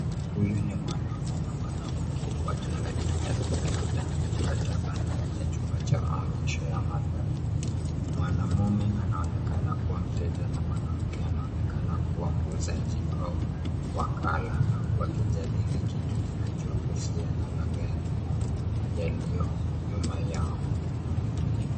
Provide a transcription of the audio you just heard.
Huyu ni mwanaume na mwanamke wakiangalia nyaraka labda mkataba ndani ya chumba cha maonyesho ya magari. Mwanaume anaonekana kuwa mteja na mwanamke anaonekana kuwa muuzaji au wakala wakijadali kitu kinachohusiana na ngari yaliyo nyuma yao.